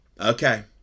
Okay